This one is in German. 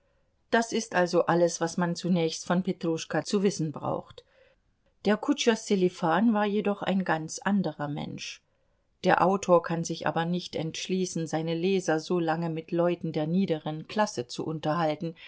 das ist also alles was man zunächst von petruchka zu wissen braucht der kutscher sselifan war jedoch ein ganz anderer mensch der autor kann sich aber nicht entschließen seine leser solange mit leuten der niederen klasse zu unterhalten